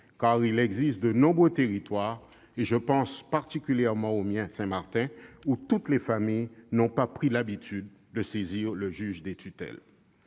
car il existe de nombreux territoires- je pense particulièrement à Saint-Martin -où toutes les familles n'ont pas pris l'habitude de saisir le juge des tutelles.